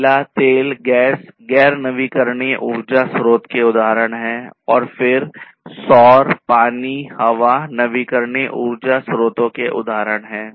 कोयला तेल गैस गैर नवीकरणीय ऊर्जा स्रोत के उदाहरण हैं और फिर सौर पानी हवा नवीकरणीय ऊर्जा स्रोतों के उदाहरण हैं